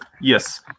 Yes